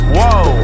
Whoa